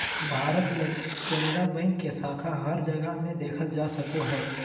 भारत मे केनरा बैंक के शाखा हर जगह मे देखल जा सको हय